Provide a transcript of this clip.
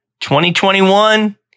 2021